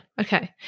Okay